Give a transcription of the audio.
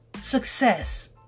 success